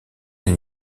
elle